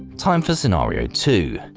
time for scenario two,